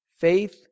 Faith